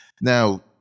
Now